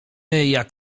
jak